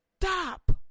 stop